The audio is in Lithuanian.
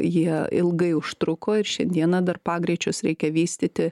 jie ilgai užtruko ir šiandieną dar pagreičius reikia vystyti